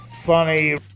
funny